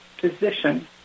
position